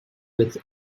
with